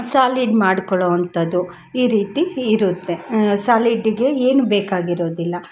solid ಮಾಡ್ಕೊಳೊವಂಥದ್ದು ಈ ರೀತಿ ಇರುತ್ತೆ ಸಾಲಿಡ್ಗೆ ಏನು ಬೇಕಾಗಿರೋದಿಲ್ಲ